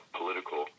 political